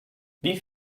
wie